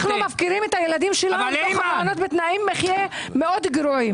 אנחנו מפקירים את הילדים שלנו בתוך המעונות בתנאי מחיה גרועים מאוד.